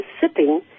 sipping